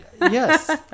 Yes